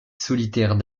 solitaire